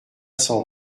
sans